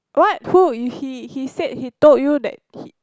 what who he he said he told you that he